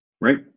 Right